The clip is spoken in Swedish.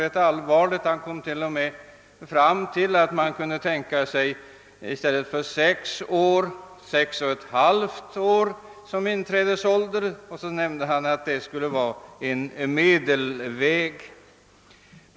Herr Arvidson kom till och med fram till att man kunde tänka sig sex och ett halvt år i stället för sex år som inträdesålder — han angav detta som en medelväg.